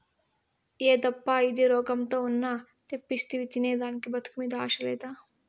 యేదప్పా ఇది, రోగంతో ఉన్న తెప్పిస్తివి తినేదానికి బతుకు మీద ఆశ లేదా